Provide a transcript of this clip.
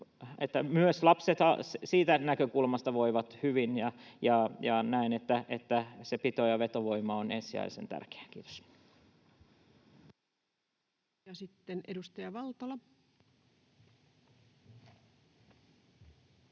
myös lapset siitä näkökulmasta voivat hyvin. Ja näen, että se pito- ja vetovoima on ensisijaisen tärkeää. — Kiitos.